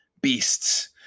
beasts